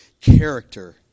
character